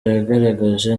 yagaragaje